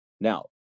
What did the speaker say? Now